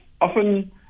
often